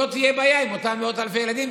לא תהיה בעיה עם אותם מאות אלפי ילדים,